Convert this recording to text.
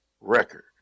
record